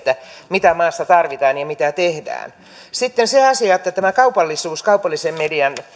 mitä maassa tarvitaan ja mitä tehdään sitten tämä kaupallisuus kaupallisen median